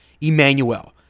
Emmanuel